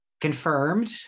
confirmed